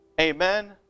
Amen